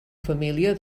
família